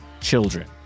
children